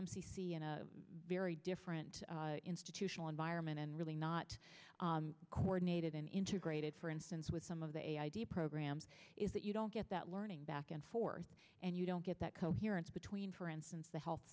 m c c in a very different institutional environment and really not coordinated in integrated for instance with some of the id programs is that you don't get that learning back and forth and you don't get that coherence between for instance the health